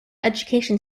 education